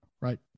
right